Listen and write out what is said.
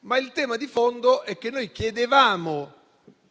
Ma il tema di fondo è che noi chiedevamo